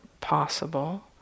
possible